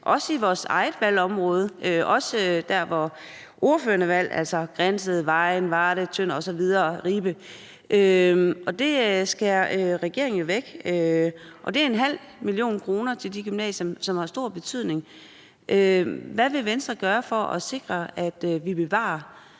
også i vores eget valgområde, også der, hvor ordføreren er valgt, altså Grindsted, Vejen, Varde, Tønder, Ribe osv., altså de 0,5 mio. kr. til de gymnasier, som har stor betydning. Hvad vil Venstre gøre for at sikre, at vi bevarer